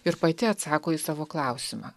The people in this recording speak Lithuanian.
ir pati atsako į savo klausimą